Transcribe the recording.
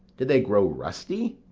do they grow rusty?